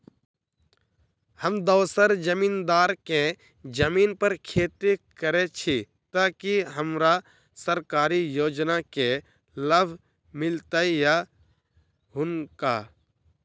हम दोसर जमींदार केँ जमीन पर खेती करै छी तऽ की हमरा सरकारी योजना केँ लाभ मीलतय या हुनका?